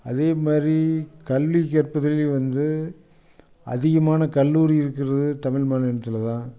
அதேமாதிரி கல்வி கற்பதிலேயும் வந்து அதிகமான கல்லூரி இருக்கிறது தமிழ் மாநிலத்தில் தான்